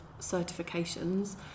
certifications